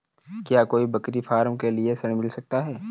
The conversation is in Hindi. क्या कोई बकरी फार्म के लिए ऋण मिल सकता है?